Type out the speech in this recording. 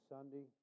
Sunday